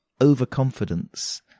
overconfidence